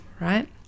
Right